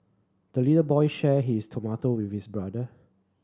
the little boy shared his tomato with his brother